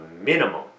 minimum